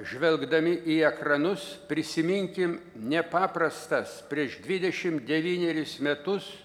žvelgdami į ekranus prisiminkim nepaprastas prieš dvidešim devynerius metus